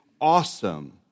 awesome